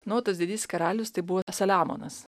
na o tas didysis karalius tai buvo saliamonas